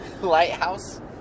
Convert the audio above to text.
lighthouse